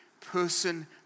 person